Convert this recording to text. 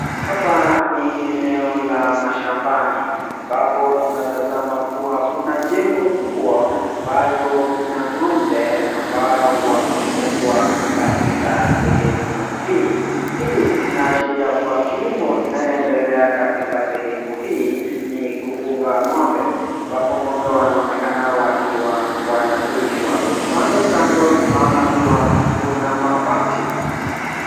Hapa ni eneo la mashambani ambapo tunatasama kuwa kuna jengo kubwa ambayo kuna ng'ombe ambayo wamefugwa katika sehemu hii. Hii inaashiria kuwa kilimo inayoendelea katika sehemu hii ni kufuga ng'ombe ambapo ng'ombe wanaonekana wakiwa wanalishwa. Kando kando tunaona kuwa kuna mabati.